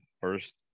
first